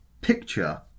picture